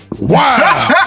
Wow